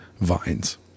vines